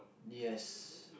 yes